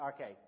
Okay